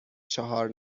چهار